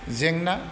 जेंना